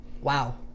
Wow